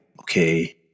okay